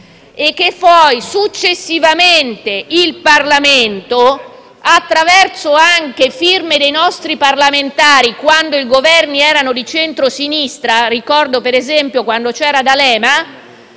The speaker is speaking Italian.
e successivamente, anche attraverso le firme dei nostri parlamentari quando i Governi erano di centrosinistra - ricordo per esempio quando c'era D'Alema